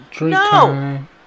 No